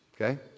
okay